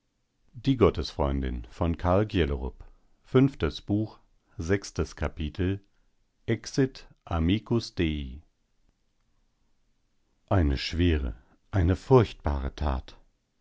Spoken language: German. sechstes kapitel eine schwere eine furchtbare tat